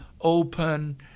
open